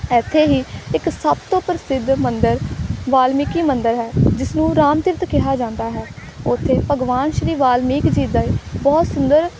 ਇੱਥੇ ਹੀ ਇੱਕ ਸਭ ਤੋਂ ਪ੍ਰਸਿੱਧ ਮੰਦਰ ਵਾਲਮੀਕੀ ਮੰਦਰ ਹੈ ਜਿਸ ਨੂੰ ਰਾਮ ਤੀਰਥ ਕਿਹਾ ਜਾਂਦਾ ਹੈ ਉੱਥੇ ਭਗਵਾਨ ਸ਼੍ਰੀ ਵਾਲਮੀਕ ਜੀ ਦਾ ਹੀ ਬਹੁਤ ਸੁੰਦਰ